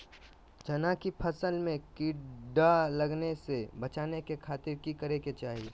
चना की फसल में कीड़ा लगने से बचाने के खातिर की करे के चाही?